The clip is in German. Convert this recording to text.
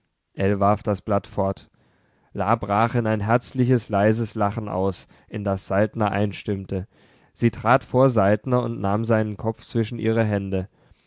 warf das blatt fort la brach in ein herzliches leises lachen aus in das saltner einstimmte sie trat vor saltner und nahm seinen kopf zwischen ihre hände